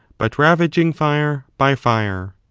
but ravaging fire by fire,